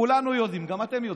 כולנו יודעים, גם אתם יודעים.